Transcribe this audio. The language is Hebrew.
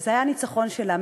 וזה היה ניצחון שלה,